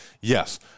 Yes